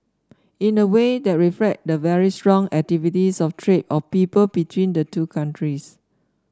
in a way that reflect the very strong activities of trade of people between the two countries